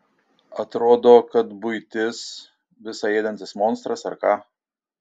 atrodo kad buitis visa ėdantis monstras ar ką